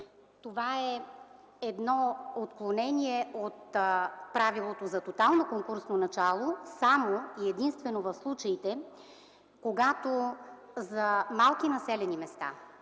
Това е едно отклонение от правилото за тотално конкурсно начало само и единствено в случаите, когато за малки населени места